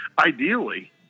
Ideally